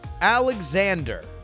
Alexander